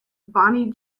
bani